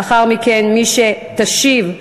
לאחר מכן, מי שתשיב,